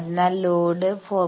അതിനാൽ ലോഡ് 4